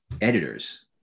editors